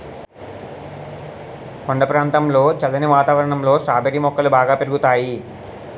కొండ ప్రాంతంలో చల్లని వాతావరణంలో స్ట్రాబెర్రీ మొక్కలు బాగా పెరుగుతాయి